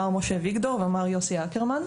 מר משה ויגדור ומר יוסי אקרמן.